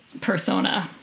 persona